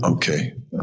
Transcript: Okay